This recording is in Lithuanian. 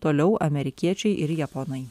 toliau amerikiečiai ir japonai